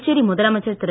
புதுச்சேரி முதலமைச்சர் திரு